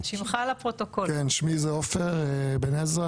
שמי עופר בן עזרא,